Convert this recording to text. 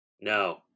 No